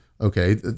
okay